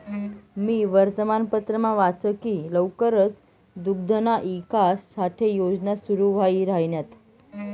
मी वर्तमानपत्रमा वाच की लवकरच दुग्धना ईकास साठे योजना सुरू व्हाई राहिन्यात